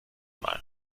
mal